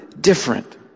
Different